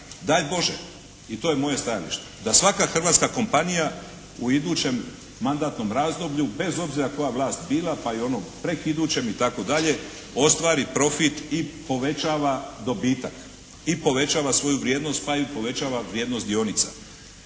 daj Bože, i to je moje stajalište da svaka hrvatska kompanija u idućem mandatnom razdoblju, bez obzira koja vlast bila, pa i onom prekidućem, itd., ostvari profit i povećava dobitak, i povećava svoju vrijednost pa i povećava vrijednost dionica.